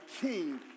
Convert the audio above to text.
king